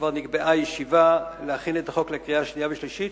כבר נקבעה ישיבה להכנת החוק לקריאה שנייה ושלישית,